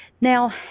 Now